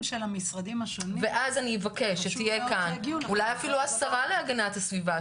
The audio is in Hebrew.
אותם ואז אני אבקש שתהיה כאן אולי אפילו השרה להגנת הסביבה,